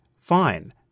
Fine